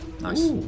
nice